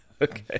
Okay